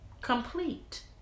complete